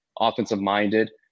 offensive-minded